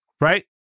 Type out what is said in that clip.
Right